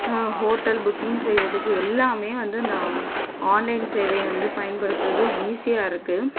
hotel booking செய்வதுக்கு எல்லாமே வந்து இந்த ஆன்லைன் சேவையை வந்து பயன்படுத்துகிறது ஈஸியாக இருக்குது